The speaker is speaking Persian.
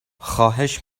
خواهش